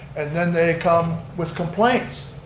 and then they come with complaints.